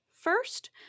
First